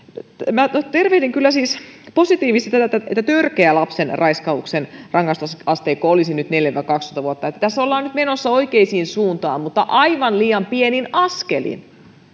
minä tervehdin kyllä positiivisesti tätä että törkeän lapsen raiskauksen rangaistusasteikko olisi nyt neljä viiva kaksitoista vuotta tässä ollaan nyt menossa oikeaan suuntaan mutta aivan liian pienen askelin